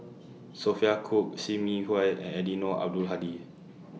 Sophia Cooke SIM Yi Hui and Eddino Abdul Hadi